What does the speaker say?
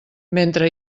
mentre